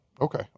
okay